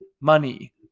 money